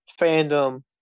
fandom